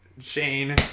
Shane